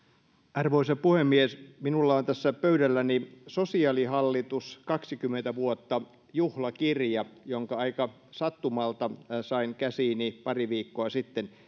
arvoisa puhemies minulla on tässä pöydälläni sosiaalihallitus kaksikymmentä vuotta juhlakirja jonka aika sattumalta sain käsiini pari viikkoa sitten